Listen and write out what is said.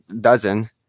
dozen